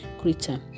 creature